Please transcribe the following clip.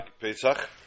Pesach